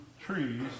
trees